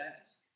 ask